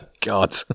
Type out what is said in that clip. God